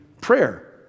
prayer